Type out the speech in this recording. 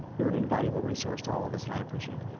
you're an invaluable resource to all of us, and i appreciate